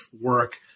work